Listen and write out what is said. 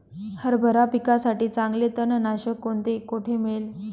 हरभरा पिकासाठी चांगले तणनाशक कोणते, कोठे मिळेल?